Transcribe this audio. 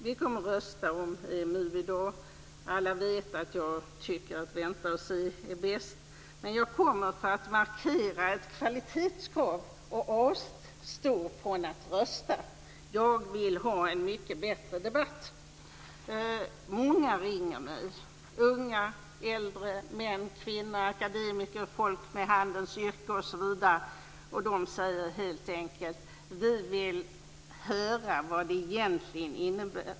Vi kommer att rösta om EMU i dag. Alla vet att jag tycker att det är bäst att vänta och se. Men jag kommer, för att markera ett kvalitetskrav, att avstå från att rösta. Jag vill ha en mycket bättre debatt. Många ringer mig - unga, äldre, män och kvinnor, akademiker, folk med handelsyrken osv. - och de säger helt enkelt: Vi vill höra vad det egentligen innebär.